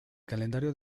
calendario